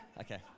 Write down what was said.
okay